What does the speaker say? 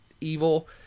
evil